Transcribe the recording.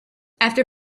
after